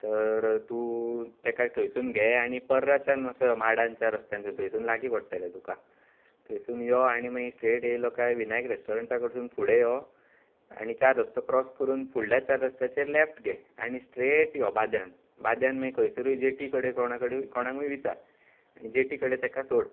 तर तूं ताका थंयसून घे आनी पर्राच्यान असो यो माडांच्या रस्त्याच्यान थंयसून लागीं पडटलें तुका थंयसून यो आनी मागीर स्ट्रेट येयलो काय विनायक रेस्टोरंटा कडसून फुडें यो आनी चार रस्तो क्रॉस करून फुडल्या चार रस्त्याचेर लेफ्ट घे आनी स्ट्रेट यो बाद्यान बाद्यान मागीर खंयसूरय जेटी कडेन कोणा कडेन कोणाकूय विचार जेटी कडेन ताका सोड